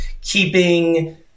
keeping